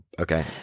okay